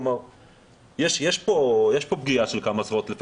כלומר יש פה פגיעה של כמה עשרות אלפי